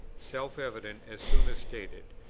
self-evident as soon as stated,